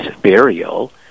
burial